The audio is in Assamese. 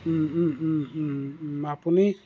আপুনি